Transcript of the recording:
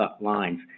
lines